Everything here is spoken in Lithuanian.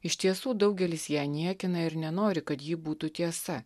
iš tiesų daugelis ją niekina ir nenori kad ji būtų tiesa